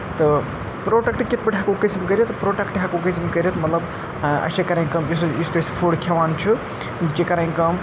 تہٕ پرٛوٹکٹ کِتھ پٲٹھۍ ہٮ۪کوکھ أسۍ یِم کٔرِتھ پرٛوٹَکٹ ہٮ۪کوکھ أسۍ یِم کٔرِتھ مطلب اَسہِ چھِ کَرٕنۍ کٲم یُس یُس تہِ أسۍ فُڈ کھٮ۪وان چھُ یہِ چھِ کَرٕنۍ کٲم